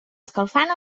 escalfant